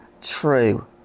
true